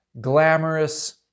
glamorous